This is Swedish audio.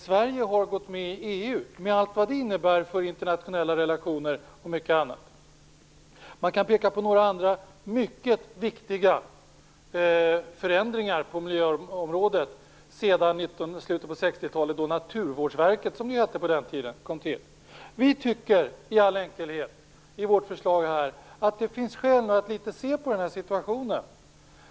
Sverige har gått med i EU, med allt vad det innebär för internationella relationer, t.ex. Man kan peka på några andra mycket viktiga förändringar på miljöområdet sedan slutet på 60-talet, då Naturvårdsverket kom till. Vi tycker i all enkelhet i vårt förslag att det finns skäl att se på denna situation.